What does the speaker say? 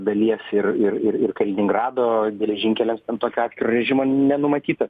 dalies ir ir ir ir kaliningrado geležinkeliams ten tokio atskiro režimo nenumatyta